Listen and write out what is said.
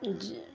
ଯେ